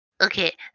Okay